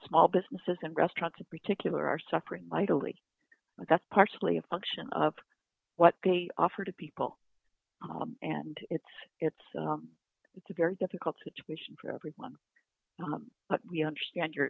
small businesses and restaurant to particular are suffering mightily that's partially a function of what they offer to people and it's it's it's a very difficult situation for everyone but we understand your